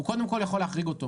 הוא קודם כל יכול להחריג אותו.